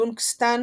טונגסטן